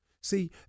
See